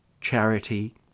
charity